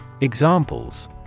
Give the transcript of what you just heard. Examples